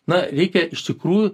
na reikia iš tikrųjų